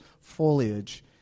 foliage